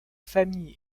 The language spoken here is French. famille